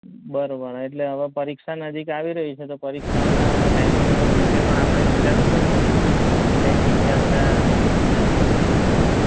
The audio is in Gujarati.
બરાબર એટલે હવે પરીક્ષા નજીક આવી રહી છે તો પરીક્ષાનાં ટાઈમટેબલ વિશે પણ આપણે વિચારવું પડશે ને એટલે બીજા બધા હં